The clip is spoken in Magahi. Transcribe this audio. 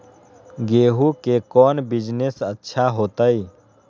गेंहू के कौन बिजनेस अच्छा होतई?